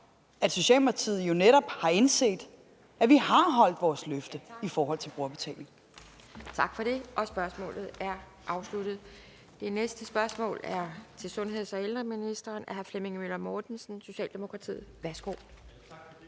at Socialdemokratiet netop har indset, at vi har holdt vores løfte i forhold til brugerbetaling. Kl. 14:27 Formanden (Pia Kjærsgaard): Tak for det. Spørgsmålet er afsluttet. Det næste spørgsmål er til sundheds- og ældreministeren af hr. Flemming Møller Mortensen, Socialdemokratiet. Kl.